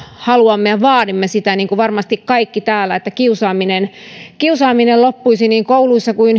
haluamme ja vaadimme sitä niin kuin varmasti kaikki täällä että kiusaaminen kiusaaminen loppuisi niin kouluissa kuin